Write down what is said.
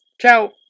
Ciao